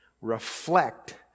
reflect